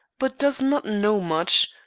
but does not know much,